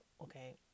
Okay